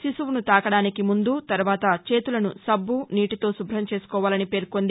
శిశువును తాకడానికి ముందు తర్వాత చేతులను సబ్బు నీటితో శుభ్రం చేసుకోవాలని పేర్కొంది